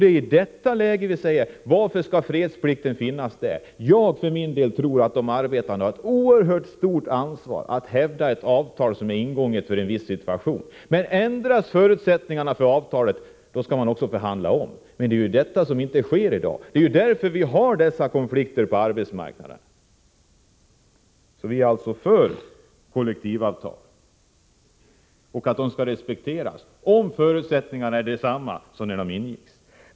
I detta läge säger vi: Varför skall fredsplikten finnas? Jag tror för min del att arbetarna har ett oerhört stort ansvar att hävda ett avtal som är ingånget i en viss situation. Men ändras förutsättningarna för avtalet skall man förhandla om. Men detta sker inte i dag. Det är ju därför vi har dessa konflikter på arbetsmarknaden. Vi är alltså för kollektivavtal och att de skall respekteras, om förutsättningarna är desamma som när avtalen ingicks.